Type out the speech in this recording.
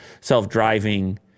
self-driving